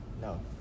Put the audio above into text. No